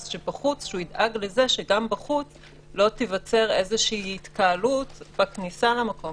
שידאג לזה שגם בחוץ לא תיווצר התקהלות בכניסה למקום,